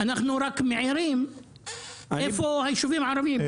אנחנו רק מעירים :איפה היישובים הערביים?